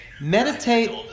Meditate